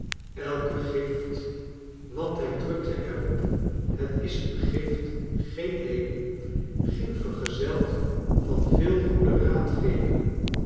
elke gift want hij drukte er op het is een gift geen leening ging vergezeld van veel goede raadgevingen